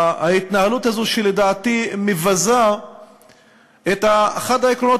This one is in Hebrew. ההתנהלות הזו לדעתי מבזה את אחד העקרונות